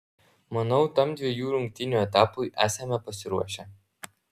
manau tam dviejų rungtynių etapui esame pasiruošę